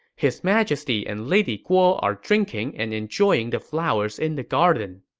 his majesty and lady guo are drinking and enjoying the flowers in the garden.